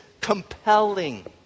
compelling